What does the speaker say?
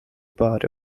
paar